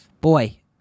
Boy